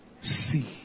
See